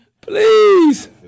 Please